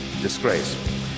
disgrace